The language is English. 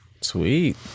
Sweet